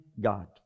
God